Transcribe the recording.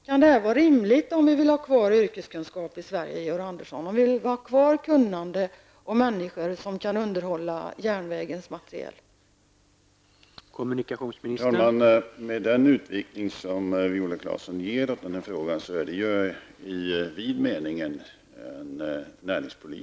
Kan detta vara rimligt om vi vill ha kvar yrkeskunskap, kunnande och människor som kan underhålla järnvägens materiel i Sverige, Georg